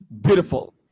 beautiful